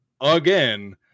again